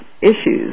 issues